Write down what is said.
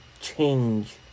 change